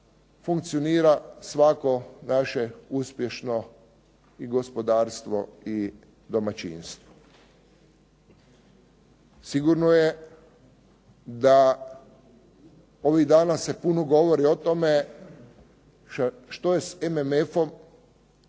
funkcionira svako naše uspješno i gospodarstvo i domaćinstvo. Sigurno je da ovih dana se puno govori o tome što je s MMF-om,